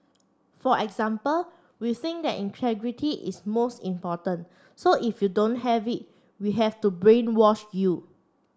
for example we think that integrity is more important so if you don't have it we have to brainwash you